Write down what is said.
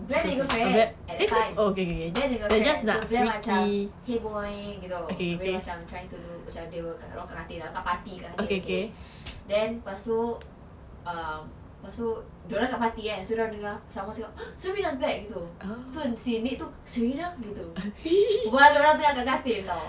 blair dia punya girlfriend at that time blair dia punya girlfriend blair nak macam !hey! good morning gitu dia macam trying to macam party dengan nate then lepas itu um lepas itu dia orang dekat party kan so dia orang dengar someone cakap oh serena's back so si nate itu serena gitu while dia orang tengah dekat katil [tau]